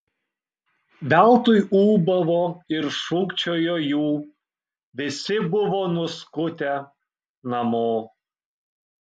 veltui ūbavo ir šūkčiojo jų visi buvo nuskutę namo